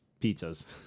pizzas